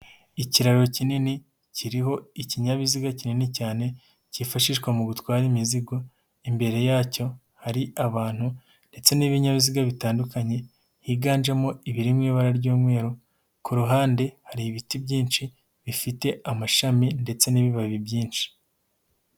Ikiraro kinini kiriho ikinyabiziga kinini cyane kifashishwa mu gutwara imizigo imbere yacyo hari abantu ndetse n'ibinyabiziga bitandukanye higanjemo ibiri mu ibara ry'umweru, ku ruhande hari ibiti byinshi bifite amashami ndetse n'ibibabi byinshi.